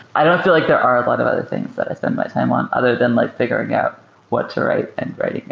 i don't feel like there are a lot of other things that i spend my time on other than like figuring out what to write and for